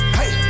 hey